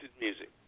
music